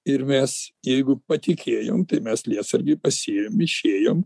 ir mes jeigu patikėjom tai mes lietsargį pasiėmėm išėjom